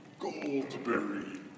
Goldberry